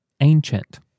ancient